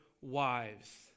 wives